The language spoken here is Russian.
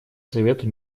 совету